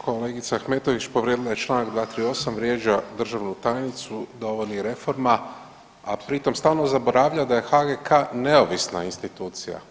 Kolegica Ahmetović povrijedila je Članak 238., vrijeđa državnu tajnicu da ovo nije reforma, a pri tom stalno zaboravlja da je HGK neovisna institucija.